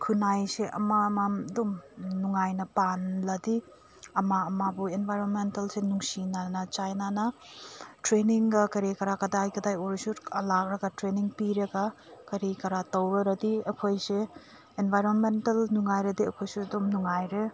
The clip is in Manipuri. ꯈꯨꯟꯅꯥꯏꯁꯦ ꯑꯃ ꯑꯃ ꯑꯗꯨꯝ ꯅꯨꯡꯉꯥꯏꯅ ꯄꯥꯟꯂꯗꯤ ꯑꯃ ꯑꯃꯕꯨ ꯑꯦꯟꯕꯥꯏꯔꯣꯟꯃꯦꯟꯇꯦꯜꯁꯦ ꯅꯨꯡꯁꯤꯅꯅ ꯆꯥꯟꯅꯅ ꯇ꯭ꯔꯦꯅꯤꯡꯒ ꯀꯔꯤ ꯀꯔꯥ ꯀꯗꯥꯏ ꯀꯗꯥꯏ ꯑꯣꯏꯔꯁꯨ ꯂꯥꯛꯂꯒ ꯇ꯭ꯔꯦꯅꯤꯡ ꯄꯤꯔꯒ ꯀꯔꯤ ꯀꯔꯥ ꯇꯧꯔꯗꯤ ꯑꯩꯈꯣꯏꯁꯦ ꯑꯦꯟꯕꯥꯏꯔꯦꯟꯃꯦꯟꯇꯦꯜ ꯅꯨꯡꯉꯥꯏꯔꯗꯤ ꯑꯩꯈꯣꯏꯁꯨ ꯑꯗꯨꯝ ꯅꯨꯡꯉꯥꯏꯔꯦ